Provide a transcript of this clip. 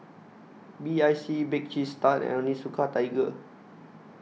B I C Bake Cheese Tart and Onitsuka Tiger